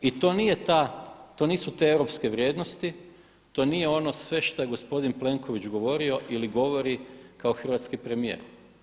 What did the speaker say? I to nije tak to nisu te europske vrijednosti, to nije ono sve što je gospodin Plenković govorio ili govori kao hrvatski premijer.